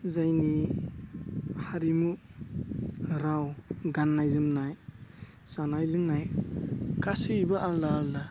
जायनि हारिमु राव गाननाय जोमनाय जानाय लोंनाय गासैबो आलदा आलदा